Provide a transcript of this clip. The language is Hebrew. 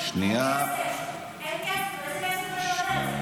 אין כסף, אז